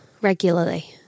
regularly